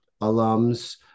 alums